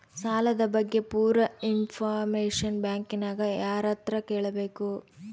ಸಾಲದ ಬಗ್ಗೆ ಪೂರ ಇಂಫಾರ್ಮೇಷನ ಬ್ಯಾಂಕಿನ್ಯಾಗ ಯಾರತ್ರ ಕೇಳಬೇಕು?